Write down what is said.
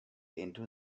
into